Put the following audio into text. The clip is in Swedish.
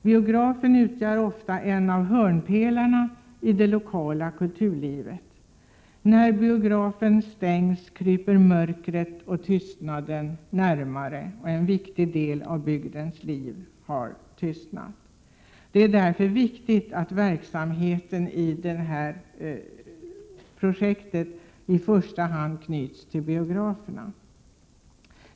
Biografen utgör ofta en av hörnpelarna i det lokala kulturlivet. När biografen stängs kryper mörkret närmare, och en viktig del av bygdens liv har tystnat. Det är därför viktigt att verksamheten i detta projekt i första hand knyts till biograferna.